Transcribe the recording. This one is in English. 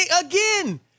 again